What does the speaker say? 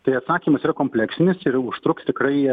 tai atsakymas yra kompleksinis ir užtruks tikrai